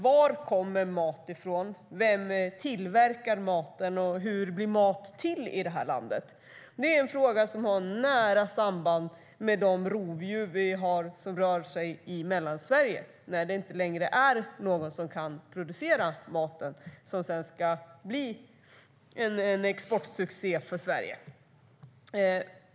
Var kommer maten från? Vem tillverkar maten? Hur blir maten till i detta land? Det är frågor som har nära samband med de rovdjur som rör sig i Mellansverige när det inte längre är någon som kan producera maten som sedan ska bli en exportsuccé för Sverige.